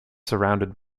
surrounded